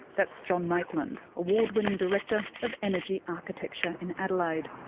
that's john maitland, award-winning director of energy architecture in adelaide.